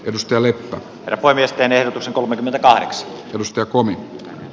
jos peli alkoi miesten ehdotus kolmekymmentäkahdeksan alusta kun